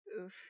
oof